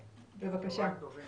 בבקשה צוהריים טובים,